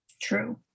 True